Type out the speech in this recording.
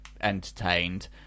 entertained